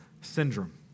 syndrome